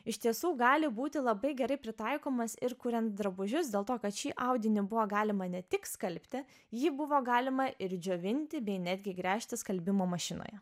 iš tiesų gali būti labai gerai pritaikomas ir kuriant drabužius dėl to kad šį audinį buvo galima ne tik skalbti ji buvo galima ir džiovinti bei netgi gręžti skalbimo mašinoje